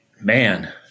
man